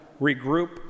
regroup